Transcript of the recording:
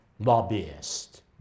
lobbyists